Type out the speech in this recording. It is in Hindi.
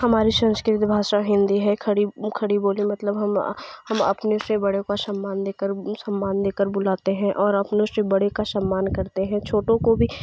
हमारे संस्कृत भाषा हिंदी है खड़ी खड़ी बोली मतलब हम हम अपने से बड़े को सम्मान देकर भी सम्मान देकर बुलाते हैं और अपनों से बड़े का सम्मान करते हैं छोटों को भी